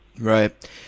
Right